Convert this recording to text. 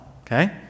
Okay